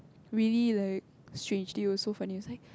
really like strangely was so funny like